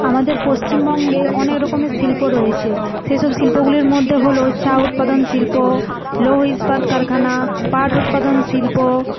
আমাদের পশ্চিমবঙ্গে অনেক রকমের শিল্প রয়েছে সেই সব শিল্পগুলির মধ্যে হল চা উৎপাদন শিল্প লৌহ ইস্পাত কারখানা পাট উৎপাদন শিল্প